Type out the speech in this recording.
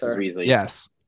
Yes